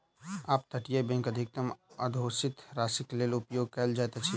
up तटीय bank अधिकतम अघोषित राशिक लेल उपयोग कयल जाइत अछि